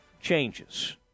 changes